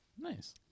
nice